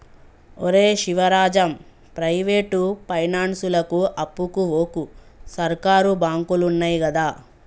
ఒరే శివరాజం, ప్రైవేటు పైనాన్సులకు అప్పుకు వోకు, సర్కారు బాంకులున్నయ్ గదా